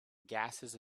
gases